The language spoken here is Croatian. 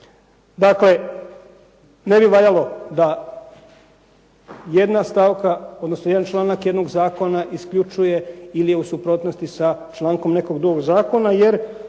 Dakle, ne bi valjalo da jedna stavka, odnosno jedan članak jednog zakona isključuje ili je u suprotnosti sa člankom nekog drugog zakona, jer